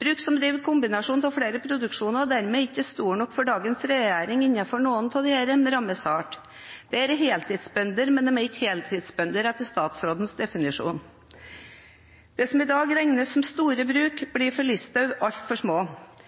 Bruk som driver kombinasjon av flere produksjoner, og som dermed ikke er «store nok» for dagens regjering innenfor noen av disse produksjonene, rammes hardt. Dette er heltidsbønder, men de er ikke heltidsbønder etter statsrådens definisjon. Det som i dag regnes som store bruk, blir for Listhaug altfor små.